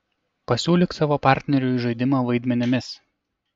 pasiūlyk savo partneriui žaidimą vaidmenimis